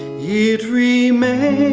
yeah it remains